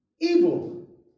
evil